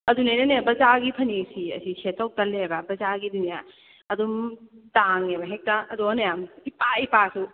ꯑꯗꯨꯅꯦ ꯑꯩꯅꯅꯦ ꯕꯖꯥꯔꯒꯤ ꯐꯅꯦꯛꯁꯦ ꯑꯁꯤ ꯁꯦꯠꯇꯧ ꯇꯜꯂꯦꯕ ꯕꯖꯥꯔꯒꯤꯗꯤꯅꯦ ꯑꯗꯨꯝ ꯇꯥꯡꯉꯦꯕ ꯍꯦꯛꯇ ꯑꯗꯨꯒꯅꯦ ꯏꯄꯥ ꯏꯄꯥꯁꯨ